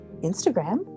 Instagram